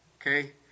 Okay